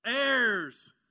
Heirs